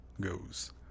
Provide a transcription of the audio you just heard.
goes